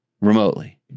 remotely